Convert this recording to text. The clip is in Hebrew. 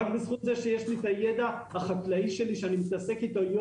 רק בכות זה שיש לי את הידע החקלאי שלי שאני מתעסק בו באופן